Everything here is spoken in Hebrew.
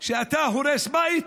שאתה הורס בית,